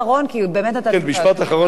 משפט אחרון, כי באמת נתתי לך, כן, משפט אחרון.